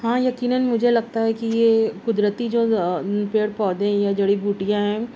ہاں یقیناً مجھے لگتا ہے کہ یہ قدرتی جو پیڑ پودے ہیں یا جڑی بوٹیاں ہیں